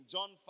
John